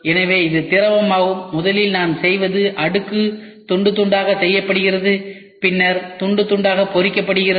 எனவே இது திரவமாகும் முதலில் நாம் செய்வது அடுக்கு துண்டு துண்டாக செய்யப்படுகிறது பின்னர் துண்டு துண்டாக பொரிக்கப்படுகிறது